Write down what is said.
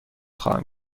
خواهم